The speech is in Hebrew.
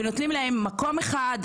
ונותנים להם מקום אחד,